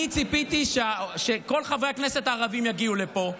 אני ציפיתי שכל חברי הכנסת הערבים יגיעו לפה,